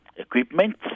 equipment